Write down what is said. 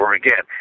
again